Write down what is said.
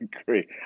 agree